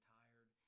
tired